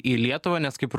į lietuvą nes kaip ir